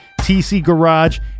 TCGarage